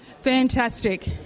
Fantastic